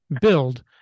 build